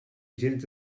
gens